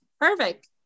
perfect